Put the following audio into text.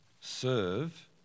Serve